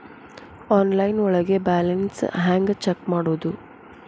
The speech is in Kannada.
ಆನ್ಲೈನ್ ಒಳಗೆ ಬ್ಯಾಲೆನ್ಸ್ ಹ್ಯಾಂಗ ಚೆಕ್ ಮಾಡೋದು?